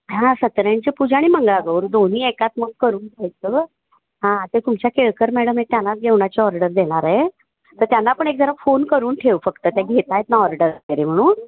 हां पूजा आणि मंगळागौर दोन्ही एकात मग करून घ्यायचं हां आता तुमच्या केळकर मॅडम आहे त्यांना जेवणाची ऑर्डर देणार आहे तर त्यांना पण एक जरा फोन करून ठेव फक्त त्या घेत आहेत ना ऑर्डर वगैरे म्हणून